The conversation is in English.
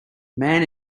man